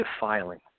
defiling